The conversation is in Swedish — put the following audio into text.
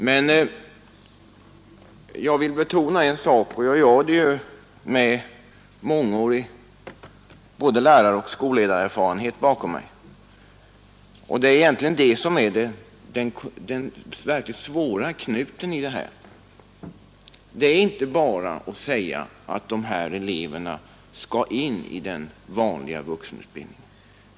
Men jag vill betona en sak — och jag gör det med mångårig både läraroch skolledarerfarenhet bakom mig — som egentligen är den verkligt svåra knuten. Det är inte bara att säga att dessa elever skall in i den vanliga vuxenutbildningen.